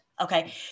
okay